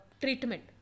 treatment